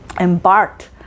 embarked